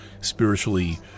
spiritually